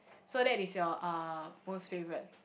so that is your uh most favourite